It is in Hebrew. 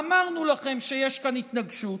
אמרנו לכם שיש כאן התנגשות.